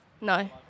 No